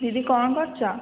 ଦିଦି କ'ଣ କରୁଛ